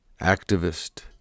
activist